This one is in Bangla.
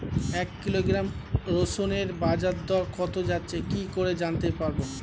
এক কিলোগ্রাম রসুনের বাজার দর কত যাচ্ছে কি করে জানতে পারবো?